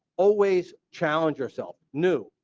always challenge yourself. new,